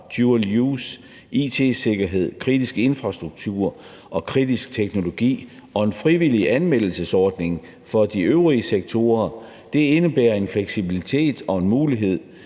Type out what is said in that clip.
dual use, it-sikkerhed, kritisk infrastruktur samt kritisk teknologi, og en frivillig anmeldelsesordning for de øvrige sektorer. Det indebærer en fleksibilitet og en mulighed